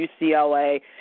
UCLA